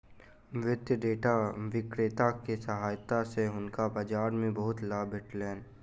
वित्तीय डेटा विक्रेता के सहायता सॅ हुनका बाजार मे बहुत लाभ भेटलैन